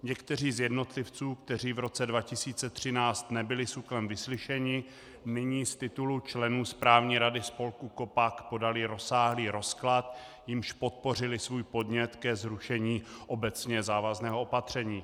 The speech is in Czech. Někteří z jednotlivců, kteří v roce 2013 nebyli SÚKLem vyslyšeni, nyní z titulu členů správní rady spolku KOPAC podali rozsáhlý rozklad, jímž podpořili svůj podnět ke zrušení obecně závazného opatření.